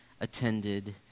attended